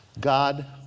God